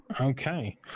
Okay